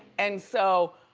and so,